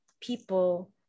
people